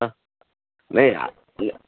हां नाही आ